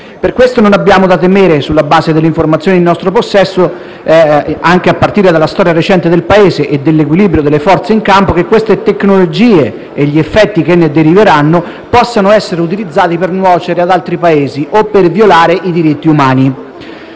Per questo non abbiamo da temere, sulla base delle informazioni in nostro possesso, anche a partire dalla storia recente del Paese e dall'equilibrio delle forze in campo, che queste tecnologie e gli effetti che ne deriveranno possano essere utilizzati per nuocere ad altri Paesi o per violare i diritti umani.